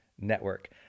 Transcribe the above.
Network